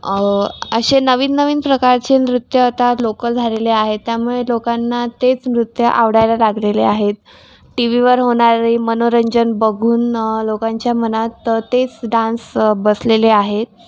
असे नवीन नवीन प्रकारचे नृत्य आता लोकल झालेले आहेत त्यामुळे लोकांना तेच नृत्य आवडायला लागलेले आहेत टी व्हीवर होणारे मनोरंजन बघून लोकांच्या मनात तेच डान्स बसलेले आहेत